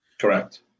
Correct